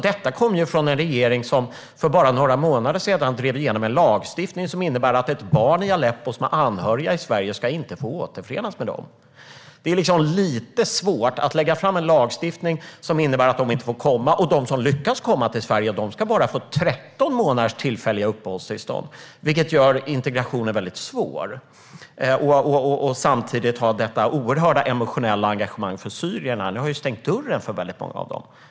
Detta kommer från en regering som för bara några månader sedan drev igenom en lagstiftning som innebär att ett barn i Aleppo som har anhöriga i Sverige inte ska få återförenas med dem. Det är lite svårt att förstå att man lägger fram en lagstiftning som innebär att barnen inte får komma hit och att de som lyckas komma till Sverige ska få bara 13 månaders tillfälliga uppehållstillstånd, vilket gör integrationen mycket svår, samtidigt som statsrådet har detta oerhört stora emotionella engagemang för syrierna. Ni har ju stängt dörren för väldigt många av dem.